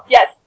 Yes